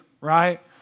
right